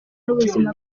n’ubuzima